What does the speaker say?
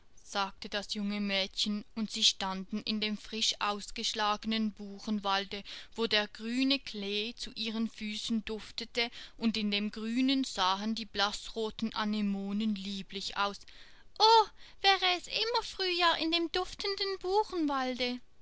sagte das junge mädchen und sie standen in dem frisch ausgeschlagenen buchenwalde wo der grüne klee zu ihren füßen duftete und in dem grünen sahen die blaßroten anemonen lieblich aus o wäre es immer frühjahr in dem duftenden buchenwalde